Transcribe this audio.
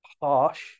harsh